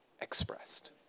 expressed